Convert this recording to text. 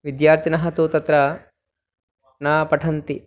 विद्यार्थिनः तु तत्र न पठन्ति